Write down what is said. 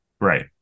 right